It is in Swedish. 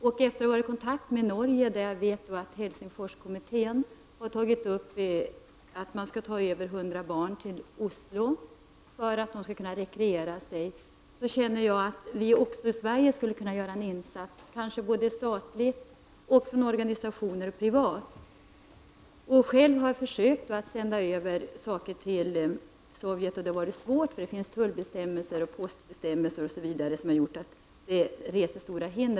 Efter att ha varit i kontakt med Norge, där enligt vad jag vet Helsingforskommittén har tagit upp frågan om att ta över hundra barn till Oslo för att de skall kunna rekreera sig, känner jag att vi också i Sverige skulle kunna göra en insats kanske såväl från statligt håll som från organisationer och på privat väg. Själv har jag försökt sända över saker till Sovjet, men det har varit svårt — det finns tullbestämmelser, postbestämmelser osv. som har rest stora hinder.